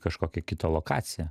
kažkokią kitą lokacija